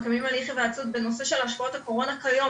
מקיימים הליך היוועצות בנושא של השפעות הקורונה כיום,